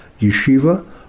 Yeshiva